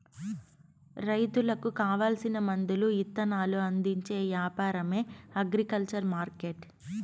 రైతులకు కావాల్సిన మందులు ఇత్తనాలు అందించే యాపారమే అగ్రికల్చర్ మార్కెట్టు